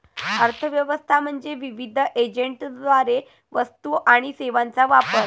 अर्थ व्यवस्था म्हणजे विविध एजंटद्वारे वस्तू आणि सेवांचा वापर